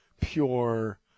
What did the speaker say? pure